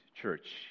church